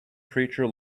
preacher